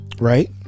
right